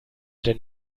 denn